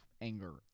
anger